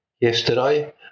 yesterday